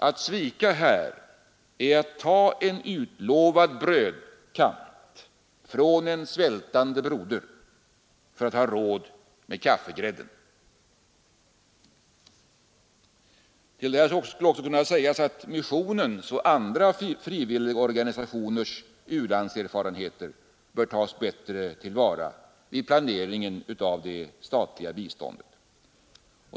Att svika här är att ta en utlovad brödkant från en svältande broder för att ha råd med kaffegrädden. Jag kan vidare citera ur partiprogrammet: ”Missionens och andra frivilligorganisationers u-landserfarenheter bör tas bättre till vara vid planeringen av det statliga biståndet.